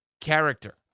character